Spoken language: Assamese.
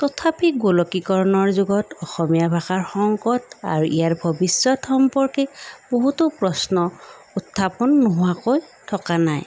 তথাপি গোলকীকৰণৰ যুগত অসমীয়া ভাষাৰ সংকট আৰু ইয়াৰ ভৱিষ্যত সম্পৰ্কে বহুতো প্ৰশ্ন উত্থাপন নোহোৱাকৈ থকা নাই